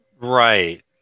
Right